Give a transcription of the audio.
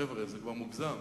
חבר'ה, זה כבר מוגזם.